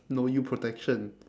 no you protection